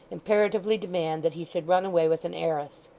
imperatively demand that he should run away with an heiress